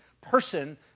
person